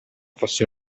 fosse